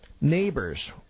Neighbors